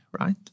right